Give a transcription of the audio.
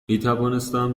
میتوانستم